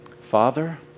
Father